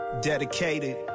Dedicated